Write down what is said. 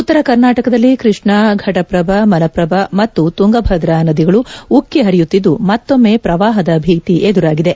ಉತ್ತರ ಕರ್ನಾಟಕದಲ್ಲಿ ಕೃಷ್ಣಾ ಫಟಪ್ರಭಾ ಮಲಪ್ರಭಾ ಮತ್ತು ತುಂಗಭದ್ರಾ ನದಿಗಳು ಉಕ್ಕಿ ಹರಿಯುತ್ತಿದ್ದು ಮತ್ತೊಮ್ಮೆ ಪ್ರವಾಹದ ಭೀತಿ ಎದುರಾಗಿದೆ